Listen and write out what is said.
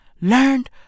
learned